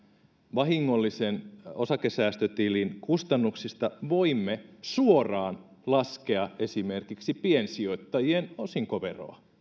vahingollisen osakesäästötilin kustannuksista voimme suoraan laskea esimerkiksi piensijoittajien osinkoveroa